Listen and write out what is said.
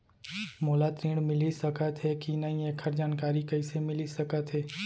मोला ऋण मिलिस सकत हे कि नई एखर जानकारी कइसे मिलिस सकत हे?